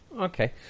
Okay